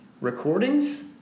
recordings